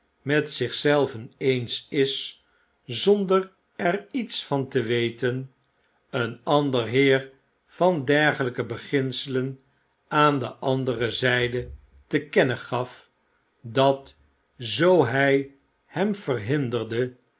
met zich zelven eens is zonder er iets van te weten een ander heer van dergelpe beginselen aan de andere zyde te kennen gaf dat zoo hy hem verhinderde